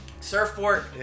Surfboard